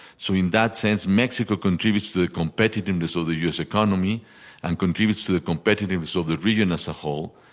so in that sense, mexico contributes to the competitiveness of the u s. economy and contributes to the competitiveness of the region as a whole,